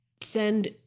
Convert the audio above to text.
send